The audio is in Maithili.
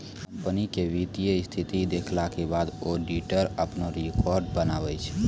कंपनी के वित्तीय स्थिति देखला के बाद ऑडिटर अपनो रिपोर्ट बनाबै छै